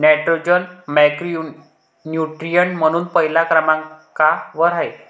nitrogen macronutrient म्हणून पहिल्या क्रमांकावर आहे